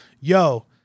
Yo